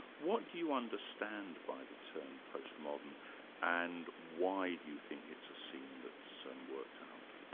what do you understand by the term postmodern and why do you think it's a seam that's um worked out?